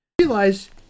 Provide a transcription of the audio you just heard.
realize